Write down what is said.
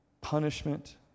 punishment